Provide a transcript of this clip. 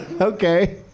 Okay